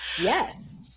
yes